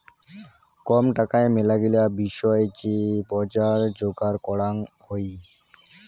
কম টাকায় মেলাগিলা বিষয় যে বজার যোগার করাং হই